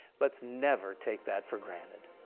lets never take that for granted.